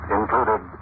included